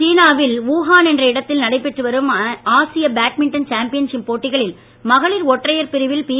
சீனாவில் லூஹான் என்ற இடத்தில் நடைபெற்று வரும் ஆசிய பேட்மிண்டன் சாம்பியன்ஷிப் போட்டிகளில் மகளிர் ஒற்றையர் பிரிவில் பி